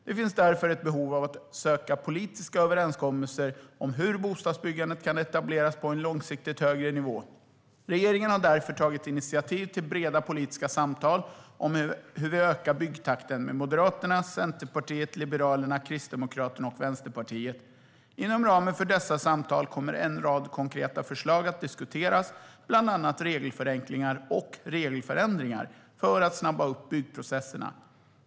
Det finns därför ett behov av att söka politiska överenskommelser om hur bostadsbyggandet kan etableras på en långsiktigt högre nivå. Regeringen har därför tagit initiativ till breda politiska samtal med Moderaterna, Centerpartiet, Liberalerna, Kristdemokraterna och Vänsterpartiet om hur vi ökar byggtakten. Inom ramen för dessa samtal kommer en rad konkreta förslag att diskuteras, bland annat regelförenklingar och regelförändringar för att snabba upp byggprocesserna.